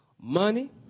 money